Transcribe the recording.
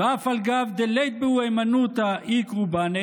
"ואף על גב דלית בהו הימנותא איקרו בני"